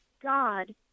God